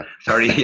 sorry